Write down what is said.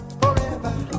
forever